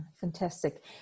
fantastic